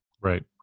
right